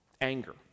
Anger